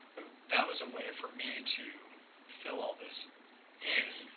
that was a way for me to fill all this in